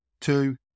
two